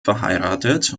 verheiratet